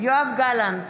יואב גלנט,